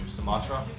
Sumatra